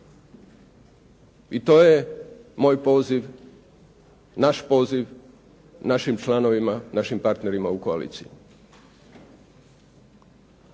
i to je moj poziv, naš poziv našim članovima, našim partnerima u koaliciji.